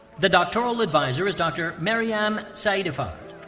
the doctoral advisor is dr. maryam saeedifard.